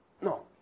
No